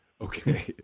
Okay